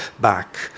back